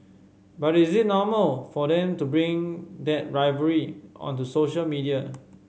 but is it normal for them to bring that rivalry onto social media